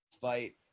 fight